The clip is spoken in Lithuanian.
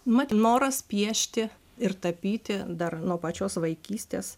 mat noras piešti ir tapyti dar nuo pačios vaikystės